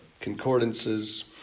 concordances